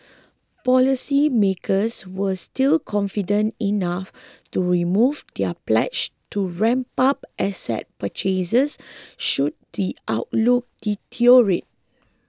policy makers were still confident enough to remove their pledge to ramp up asset purchases should the outlook deteriorate